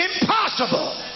impossible